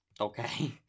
Okay